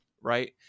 right